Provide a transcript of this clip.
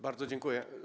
Bardzo dziękuję.